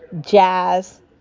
jazz